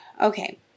Okay